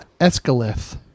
Escalith